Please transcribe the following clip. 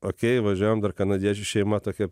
okei važiuojam dar kanadiečių šeima tokia